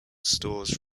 stores